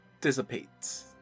dissipates